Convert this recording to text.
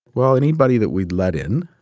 well, anybody that we'd let in